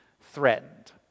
threatened